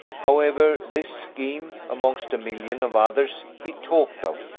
however, this scheme, amongst a million of others, he talked of,